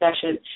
session